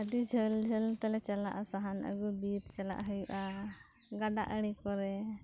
ᱟᱹᱰᱤ ᱡᱷᱟᱹᱞ ᱡᱷᱟᱹᱞ ᱛᱮᱞᱮ ᱪᱟᱞᱟᱜᱼᱟ ᱥᱟᱦᱟᱱ ᱟᱹᱜᱩ ᱵᱤᱨ ᱪᱟᱞᱟᱜ ᱦᱳᱭᱳᱜᱼᱟ ᱜᱟᱰᱟ ᱟᱲᱮ ᱠᱚᱨᱮ